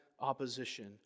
opposition